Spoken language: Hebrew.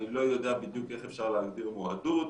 אני לא יודע בדיוק איך אפשר להגדיר מועדות.